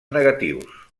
negatius